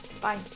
Bye